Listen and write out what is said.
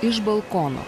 iš balkono